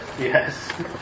Yes